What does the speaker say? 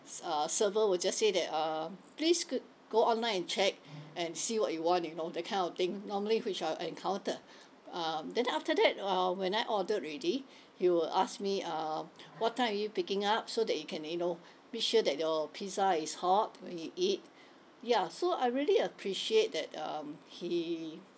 uh server would just say that um please g~ go online and check and see what you want you know that kind of thing normally which I've encountered um then after that uh when I ordered already he will ask me um what time are you picking up so that you can you know make sure that your pizza is hot when you eat ya so I really appreciate that um he